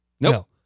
no